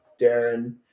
Darren